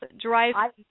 drive